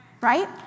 right